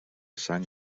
sang